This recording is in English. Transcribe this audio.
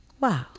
Wow